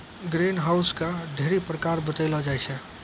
green house के ढ़ेरी प्रकार बतैलो जाय छै